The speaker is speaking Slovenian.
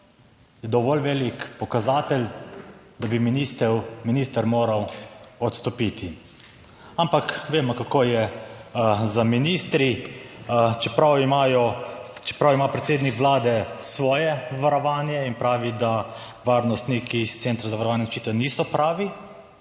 Je dovolj velik pokazatelj, da bi minister, minister moral odstopiti. Ampak vemo kako je z ministri, čeprav imajo, čeprav ima predsednik Vlade svoje varovanje in pravi, da varnostniki iz Centra za varovanje odločitev niso pravi,